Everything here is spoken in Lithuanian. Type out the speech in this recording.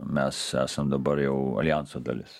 mes esam dabar jau alijanso dalis